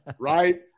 right